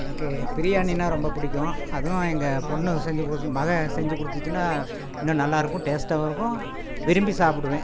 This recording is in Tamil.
எனக்கு பிரியாணின்னா ரொம்ப பிடிக்கும் அதுவும் எங்கள் பொண்ணு செஞ்சி கொடுத்துச்சி மகள் செஞ்சி கொடுத்துச்சின்னா இன்னும் நல்லாயிருக்கும் டேஸ்ட்டாகவும் இருக்கும் விரும்பி சாப்புடுவேன்